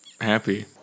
happy